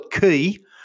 key